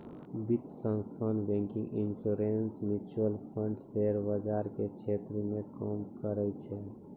वित्तीय संस्थान banking insurance mutual fund share बाजार के क्षेत्र मे काम करै छै